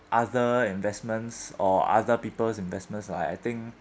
other investments or other people's investments like I think